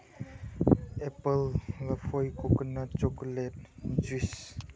apple ꯂꯐꯣꯏ coconut chocolate juice